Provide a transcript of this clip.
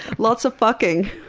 lots of fucking.